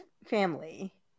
Family